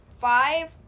five